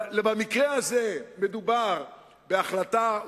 במקרה הזה מדובר בהחלטה,